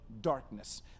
darkness